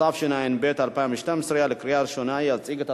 התשע"ב 2012, לשלוש שנים, כבוד השר,